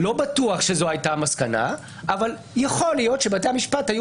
לא בטוח שזו הייתה המסקנה אבל יכול להיות שבתי המשפט היו